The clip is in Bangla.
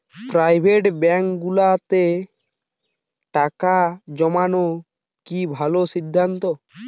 প্রাইভেট ব্যাংকগুলোতে টাকা জমানো কি ভালো সিদ্ধান্ত?